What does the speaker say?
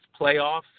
playoffs